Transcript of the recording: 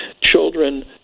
children